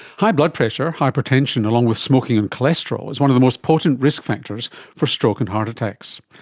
high blood pressure, hypertension, along with smoking and cholesterol, is one of the most potent risk factors for stroke and heart attacks.